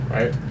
Right